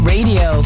Radio